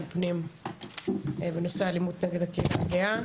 פנים בנושא האלימות כלפי הקהילה הגאה,